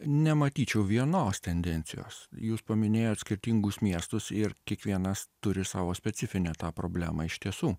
nematyčiau vienos tendencijos jūs paminėjot skirtingus miestus ir kiekvienas turi savo specifinę tą problemą iš tiesų